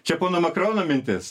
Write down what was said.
čia pono makrono mintis